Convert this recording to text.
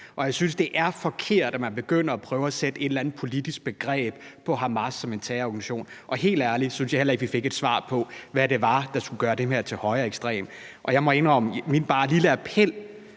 og jeg synes, det er forkert, at man begynder at prøve at sætte et eller andet politisk begreb på Hamas som en terrororganisation. Jeg synes helt ærligt heller ikke, vi fik et svar på, hvad det var, der skulle gøre den til noget højreekstremt. Min lille appel